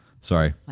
Sorry